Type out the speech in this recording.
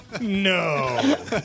No